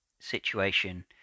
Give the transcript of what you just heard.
situation